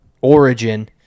origin